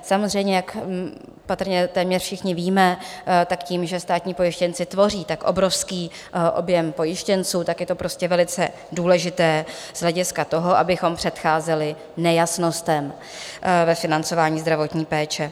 Samozřejmě jak patrně téměř všichni víme, tak tím, že státní pojištěnci tvoří tak obrovský objem pojištěnců, tak je to prostě velice důležité z hlediska toho, abychom předcházeli nejasnostem ve financování zdravotních péče.